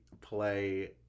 play